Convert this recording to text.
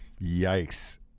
yikes